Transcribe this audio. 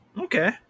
Okay